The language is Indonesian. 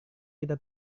kita